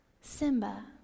Simba